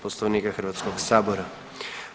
Poslovnika HS-a.